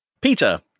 Peter